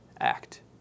act